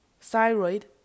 thyroid